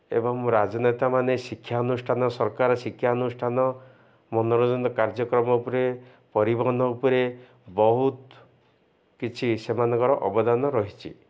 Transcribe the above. ଏବଂ ରାଜନେତା ମାନ ଶିକ୍ଷାନୁଷ୍ଠାନ ସରକାର ଶିକ୍ଷାନୁଷ୍ଠାନ ମନୋରଞ୍ଜନ କାର୍ଯ୍ୟକ୍ରମ ଉପରେ ପରିବହନ ଉପରେ ବହୁତ କିଛି ସେମାନଙ୍କର ଅବଦାନ ରହିଛି